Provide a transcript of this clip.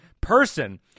person